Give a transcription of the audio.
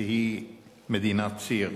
שהיא מדינת ציר.